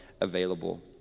available